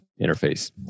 interface